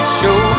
show